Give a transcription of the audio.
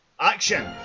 Action